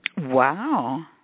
Wow